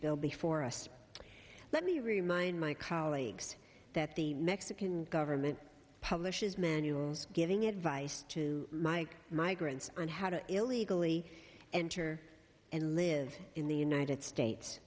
bill before us let me remind my colleagues that the mexican government publishes manuals giving advice to my migrants on how to illegally enter and live in the united states